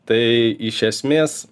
tai iš esmės